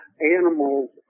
animals